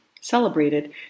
celebrated